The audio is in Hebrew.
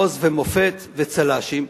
עוז ומופת, וצל"שים,